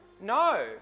No